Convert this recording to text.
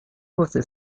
você